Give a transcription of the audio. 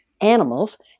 animals